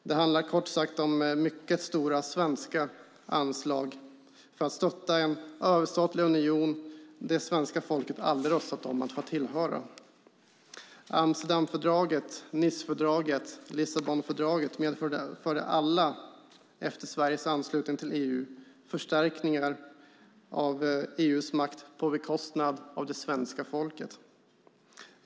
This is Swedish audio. Det handlar kort sagt om mycket stora svenska anslag för att stötta en överstatlig union som det svenska folket aldrig röstat om att tillhöra. Amsterdamfördraget, Nicefördraget och Lissabonfördraget medförde alla, efter Sveriges anslutning till EU, förstärkningar av EU:s makt på bekostnad av det svenska folket.